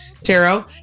tarot